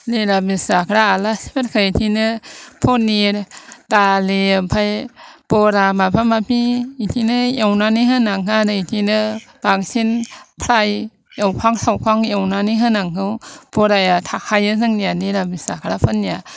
निरामिस जाग्रा आलासिफोरखौ बेदिनो पनिर दालि ओमफाय बरा माबा माबि बेदिनो एवनानै होनांगौ आरो बेदिनो बांसिन फ्राय एवखां सावखां एवनानै होनांगौ बराया थाखायो जोंनिया निरामिस जाग्राफोरनिया